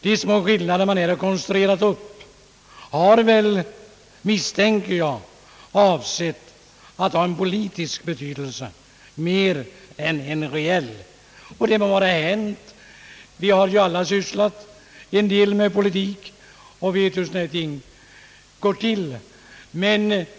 De små skillnader som man här har konstruerat fram har väl, misstänker jag, mer en politisk betydelse än en reell. Det må vara hänt. Vi har ju alla sysslat en del med politik och vet hur sådana här ting går till.